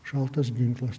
šaltas ginklas